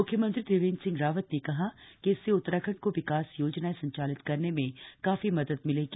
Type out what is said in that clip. म्ख्यमंत्री त्रिवेन्द्र सिंह रावत ने कहा कि इससे उत्तराखण्ड को विकास योजनाएं संचालित करने में काफी मदद मिलेगी